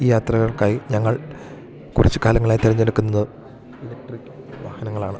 ഈ യാത്രകൾക്കായി ഞങ്ങൾ കുറച്ച് കാലങ്ങളായി തെരഞ്ഞെടുക്കുന്നത് ഇലക്ട്രിക് വാഹനങ്ങളാണ്